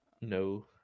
No